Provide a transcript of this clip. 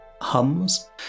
hums